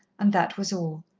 and that was all.